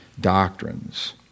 doctrines